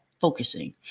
focusing